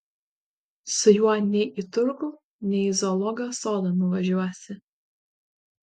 su juo nei į turgų nei į zoologijos sodą nuvažiuosi